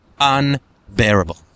Unbearable